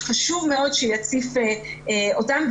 חשוב מאוד שיציף אותם.